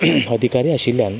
अधिकारी आशिल्ल्यान